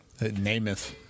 Namath